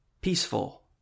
peaceful